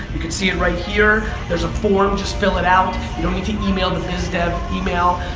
you can see it right here. there's a form, just fill it out. you don't need to email the biz dev email,